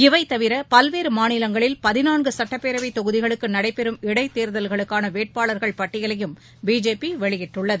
இவைத்தவிர பல்வேறு மாநிலங்களில் பதினான்கு சட்டப்பேரவை தொகுதிகளுக்கு நடைபெறும் இடைத்தேர்தலுக்கான வேட்பாளர்கள் பட்டியலையும் பிஜேபி வெளியிட்டுள்ளது